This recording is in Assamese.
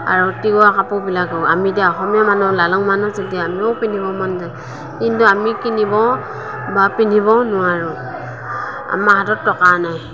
আৰু তিৱা কাপোৰবিলাকো আমি এতিয়া অসমীয়া মানুহ লালুং মানুহ যেতিয়া আমিও পিন্ধিব মন যায় কিন্তু আমি কিনিব বা পিন্ধিব নোৱাৰোঁ আমাৰ হাতত টকা নাই